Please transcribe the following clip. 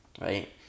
right